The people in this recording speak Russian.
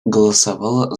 голосовала